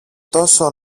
τόσο